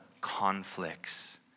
conflicts